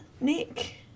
Nick